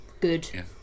good